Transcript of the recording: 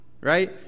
Right